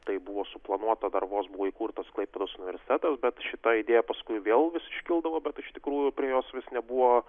taip buvo suplanuota dar vos buvo įkurtas klaipėdos universitetas bet šita idėja paskui vėl vis iškildavo bet iš tikrųjų prie jos vis nebuvo